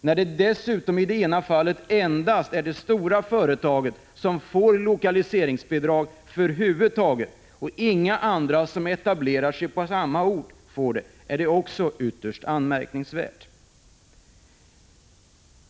När det i det ena fallet dessutom endast är det större företaget som får lokaliseringsbidrag över huvud taget och inga andra som etablerar sig på samma ort får det, är det också ytterst anmärkningsvärt.